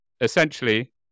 Essentially